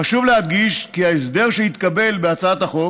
חשוב להדגיש כי ההסדר שיתקבל בהצעת החוק